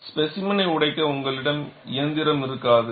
ஸ்பேசிமெனை உடைக்க உங்களிடம் இயந்திரம் இருக்காது